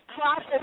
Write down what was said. process